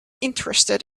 interested